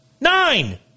Nine